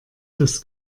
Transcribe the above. das